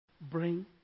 Bring